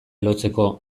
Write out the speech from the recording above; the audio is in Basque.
lotzeko